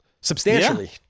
substantially